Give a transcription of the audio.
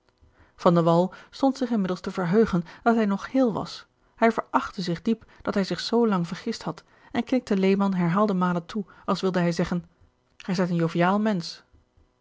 stond zich inmiddels te verheugen dat hij nog héél was hij verachtte zich diep dat hij zich zoo lang vergist had en knikte lehman herhaalde malen toe als wilde hij zeggen gij zijt een joviaal mensch